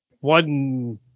one